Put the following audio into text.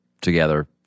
together